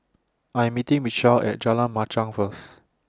I Am meeting Mitchel At Jalan Machang First